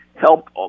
help